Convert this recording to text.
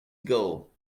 goal